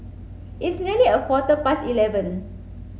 its nearly a quarter past eleven